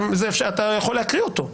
אתה יכול להקריא אותו,